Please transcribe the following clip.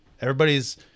Everybody's